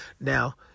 Now